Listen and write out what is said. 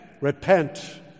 repent